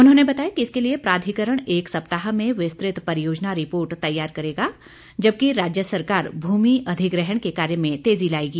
उन्होंने बताया कि इसके लिए प्राधिकरण एक सप्ताह में विस्तृत परियोजना रिपोर्ट तैयार करेगा जबकि राज्य सरकार भूमि अधिग्रहण के कार्य में तेजी लाएगी